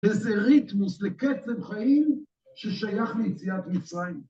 איזה ריתמוס, לקצב חיים ששייך ליציאת מצרים.